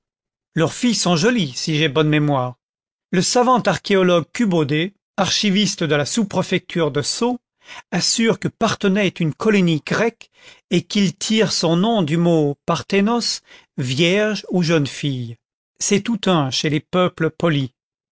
leurs filles sont jolies si j'ai bonne mémoire le savant archéologue cubaudet archiviste de la sous-préfecture de sceaux assure que parthenay est une colonie grecque et qu'il tire son nom du mot parthénos vierge ou jeune fille c'est tout un chez les